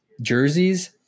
Jerseys